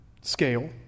scale